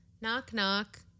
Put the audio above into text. Knock-knock